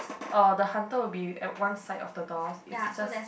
uh the hunter will be at one side of the doors it's just